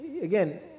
again